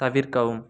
தவிர்க்கவும்